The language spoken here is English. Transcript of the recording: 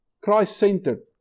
Christ-centered